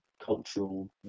cultural